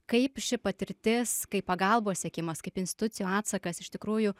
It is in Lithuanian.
kaip ši patirtis kaip pagalbos siekimas kaip institucijų atsakas iš tikrųjų